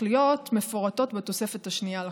התכליות מפורטות בתוספת השנייה לחוק.